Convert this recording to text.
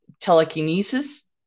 telekinesis